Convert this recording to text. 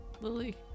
Lily